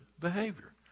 behavior